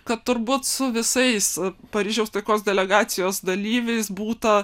kad turbūt su visais paryžiaus taikos delegacijos dalyviais būta